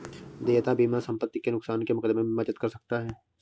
देयता बीमा संपत्ति के नुकसान के मुकदमे में मदद कर सकता है